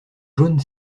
jaunes